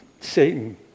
Satan